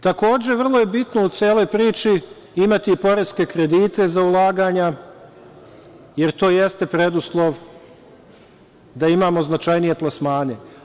Takođe, vrlo je bitno u celoj priči imati i poreske kredite za ulaganja, jer to jeste preduslov da imamo značajnije plasmane.